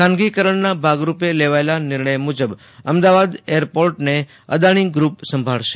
ખાનગીકરણના ભાગરૂપે લેવાયેલ નિર્ણય મુજબ અમદાવાદ એરપોર્ટને અદાણી ગ્ર્પ સંભાળશે